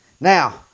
Now